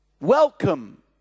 Welcome